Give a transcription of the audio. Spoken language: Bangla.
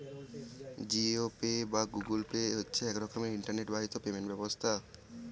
জি পে বা গুগল পে হচ্ছে এক রকমের ইন্টারনেট বাহিত পেমেন্ট ব্যবস্থা